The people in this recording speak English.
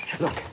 Look